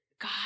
god